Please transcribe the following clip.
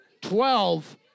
twelve